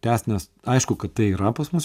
tęst nes aišku kad tai yra pas mus